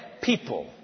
people